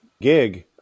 gig –